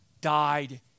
died